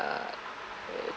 ah